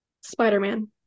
Spider-Man